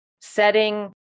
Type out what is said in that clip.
setting